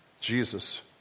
Jesus